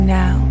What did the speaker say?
now